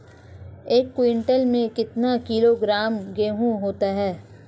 एक क्विंटल में कितना किलोग्राम गेहूँ होता है?